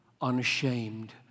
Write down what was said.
unashamed